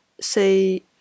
say